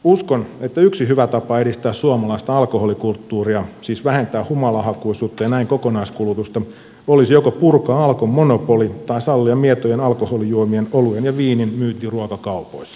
uskon että yksi hyvä tapa edistää suomalaista alkoholikulttuuria siis vähentää humalahakuisuutta ja näin kokonaiskulutusta olisi joko purkaa alkon monopoli tai sallia mietojen alkoholijuomien oluen ja viinin myynti ruokakaupoissa